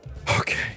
Okay